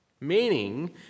Meaning